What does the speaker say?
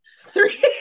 three